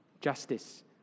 justice